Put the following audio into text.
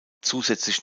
zusätzlich